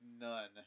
none